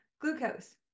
glucose